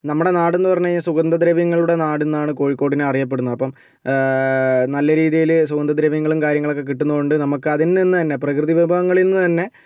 നമ്മുടെ നാടെന്നു പറഞ്ഞ് കഴിഞ്ഞാൽ സുഗന്ധദ്രവ്യങ്ങളുടെ നാടെന്നാണ് കോഴിക്കോടിനെ അറിയപ്പെടുന്നത് അപ്പം നല്ല രീതിയിൽ സുഗന്ധദ്രവ്യങ്ങളും കാര്യങ്ങളൊക്കെ കിട്ടുന്നതുകൊണ്ട് നമുക്ക് അതിൽ നിന്നു തന്നെ പ്രകൃതിവിഭവങ്ങളിൽ നിന്നു തന്നെ